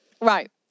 Right